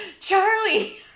Charlie